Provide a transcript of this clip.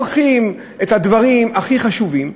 לוקחים את הדברים הכי חשובים.